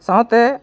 ᱥᱟᱶᱛᱮ